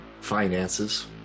finances